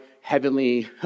heavenly